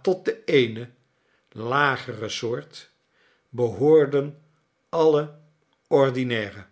tot de eene lagere soort behoorden alle ordinaire